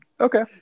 Okay